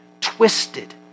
twisted